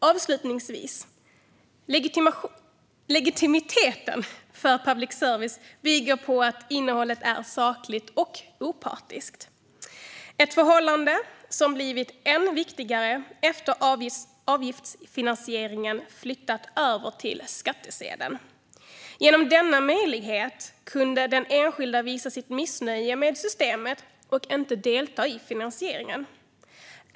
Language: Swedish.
Avslutningsvis: Legitimiteten för public service bygger på att innehållet är sakligt och opartiskt, ett förhållande som blivit än viktigare efter att avgiftsfinansieringen flyttat över till skattsedeln. Genom denna möjlighet kunde den enskilde visa sitt missnöje med systemet och inte delta i finansieringen.